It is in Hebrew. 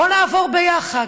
בוא נעבור ביחד: